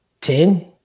Ten